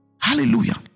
hallelujah